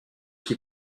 qui